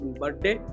birthday